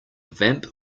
vamp